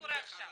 שקורה עכשיו.